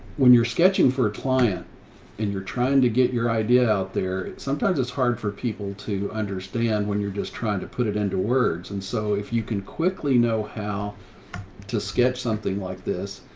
when you're sketching for a client and you're trying to get your idea out there, sometimes it's hard for people to understand when you're just trying to put it into words. and so if you can quickly know how to sketch something like this,